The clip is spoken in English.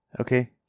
okay